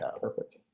perfect